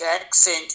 accent